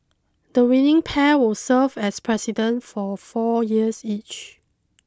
the winning pair will serve as President for four years each